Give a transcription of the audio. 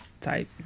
type